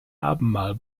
abendmahl